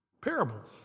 parables